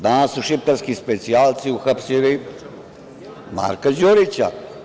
Danas u šiptarski specijalci uhapsili Marka Đurića.